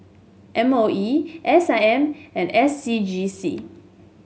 M O E S I M and S C G C